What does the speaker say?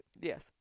Yes